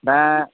दा